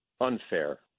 unfair